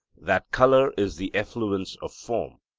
that colour is the effluence of form,